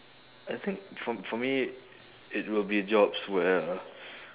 I think for for me it will be jobs where uh